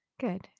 Good